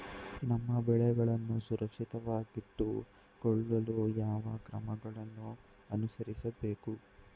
ನಮ್ಮ ಬೆಳೆಗಳನ್ನು ಸುರಕ್ಷಿತವಾಗಿಟ್ಟು ಕೊಳ್ಳಲು ಯಾವ ಕ್ರಮಗಳನ್ನು ಅನುಸರಿಸಬೇಕು?